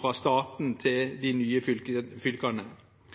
fra staten til de nye fylkene. Hvert enkelt prosjekt kan ha kostnader som er